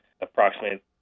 approximately